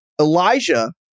Elijah